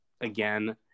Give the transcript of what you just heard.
again